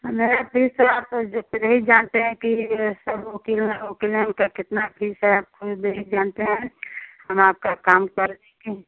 मेरी फ़ीस तो जो आप ख़ुद ही जानते हैं कि सब वकील वकीलों की कितनी फ़ीस है आप ख़ुद ही जानते हैं हम आपका काम कर देंगे